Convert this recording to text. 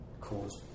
cause